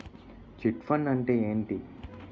Chit fund అంటే ఏంటి?